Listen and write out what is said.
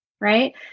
right